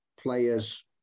players